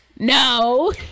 no